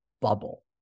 bubble